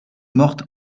morte